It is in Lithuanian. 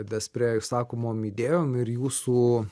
despre išsakomom idėjom ir jūsų